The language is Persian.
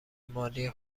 مالی